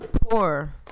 poor